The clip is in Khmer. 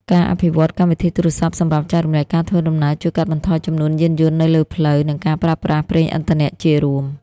ការអភិវឌ្ឍកម្មវិធីទូរស័ព្ទសម្រាប់ចែករំលែកការធ្វើដំណើរ ជួយកាត់បន្ថយចំនួនយានយន្តនៅលើផ្លូវ និងការប្រើប្រាស់ប្រេងឥន្ធនៈជារួម។